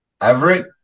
Everett